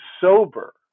sober